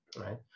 right